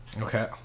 Okay